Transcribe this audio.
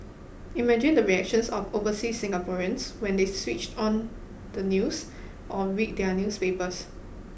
imagine the reactions of oversea Singaporeans when they switched on the news or read their newspapers